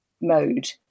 mode